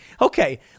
Okay